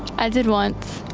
i did once.